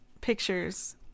pictures